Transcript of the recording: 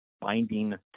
binding